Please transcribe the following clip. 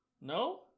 no